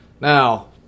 Now